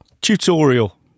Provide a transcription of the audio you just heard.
Tutorial